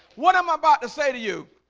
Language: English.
what am i about to say to you?